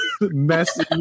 messy